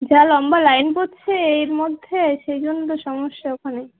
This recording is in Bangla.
যা লম্বা লাইন পড়ছে এর মধ্যে সেই জন্য তো সমস্যা ওখানে